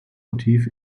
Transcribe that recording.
motiv